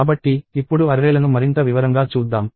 కాబట్టి ఇప్పుడు అర్రేలను మరింత వివరంగా చూద్దాం